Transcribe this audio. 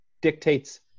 dictates